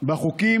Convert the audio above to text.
בחוקים,